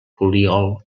poliol